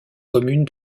commune